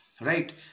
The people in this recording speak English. Right